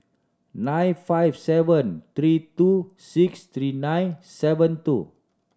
nine five seven three two six three nine seven two